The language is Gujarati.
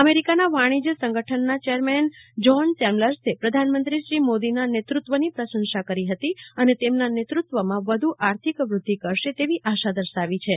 અમેરિકાના વાણિજય સંગઠનના ચેરમેન જહોન ચેમ્લર્સે પ્રધાનમંત્રી શ્રી મોદીના નેતૃત્વની પ્રશંસા કરી હતી અને તેમના નેતૃત્વમાં વ્ધુ આર્થિક વૃદ્ધિ કરશે તેવી આશા દર્શાવી છે